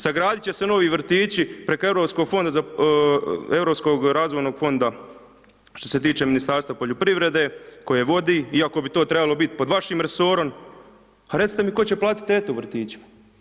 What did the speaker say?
Sagraditi će se novi vrtići preko europskog fonda za europskog razvojnog fonda, što se tiče Ministarstva poljoprivrede, koje vodi, iako bi to trebalo biti pod vašim resorom, a recite tko će platiti tete u vrtiću.